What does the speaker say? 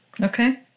Okay